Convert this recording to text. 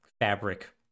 fabric